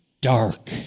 dark